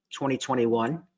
2021